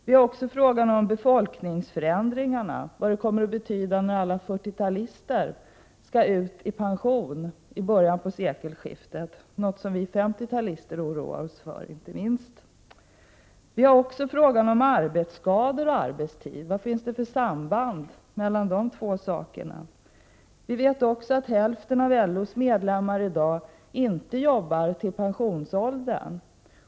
Det är också fråga om befolkningsförändringarna och vad de kommer att betyda när alla 40-talister skall gå i pension efter sekelskiftet — någonting som inte minst vi 50-talister oroar oss för. Det är vidare fråga om arbetsskador och arbetstid; vad finns det för samband mellan dem? Vi vet också att hälften av LO:s medlemmar i dag inte jobbar till pensionsåldern.